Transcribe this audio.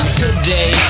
today